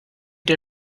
der